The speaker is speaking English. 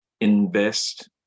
invest